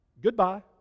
goodbye